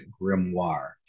grimoire